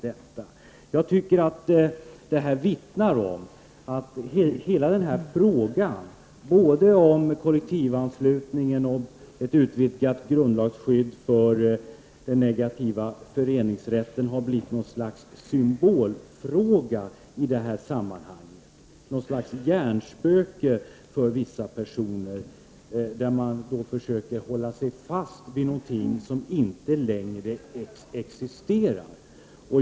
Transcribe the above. Detta vittnar om att hela denna fråga om kollektivanslutningen och ett utvidgat grundlagsskydd för den negativa föreningsrätten har blivit något slags symbolfråga, något slags hjärnspöke för vissa personer som försöker hålla sig fast vid någonting som inte längre existerar.